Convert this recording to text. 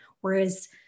Whereas